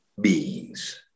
beings